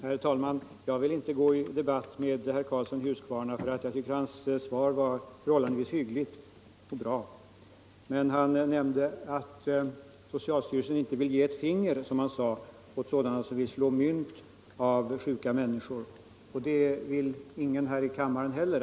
Herr talman! Jag vill inte gå in i någon debatt med herr Karlsson i Huskvarna, eftersom jag tyckte att hans svar var ganska hyggligt. Men herr Karlsson nämnde att socialstyrelsen inte vill ge ett finger — som han sade — åt sådana som vill slå mynt av sjuka människors nödsituation, och det vill ingen annan här i kammaren heller.